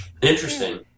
Interesting